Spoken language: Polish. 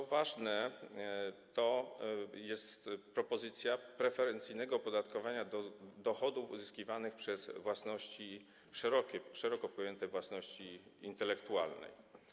Co ważne, to jest propozycja preferencyjnego opodatkowania dochodów uzyskiwanych przez właścicieli praw szeroko pojętej własności intelektualnej.